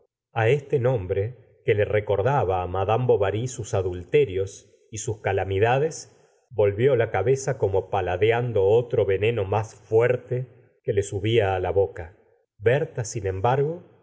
a este nombre que le recordaba á madame bovary sus adulterios y sus ca lamidades volvió la cabeza como paladeando otro veneno más fuerte que le subía á la boca berta sin embargo